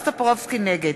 נגד